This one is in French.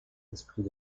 esprit